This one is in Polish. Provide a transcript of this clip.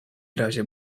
razie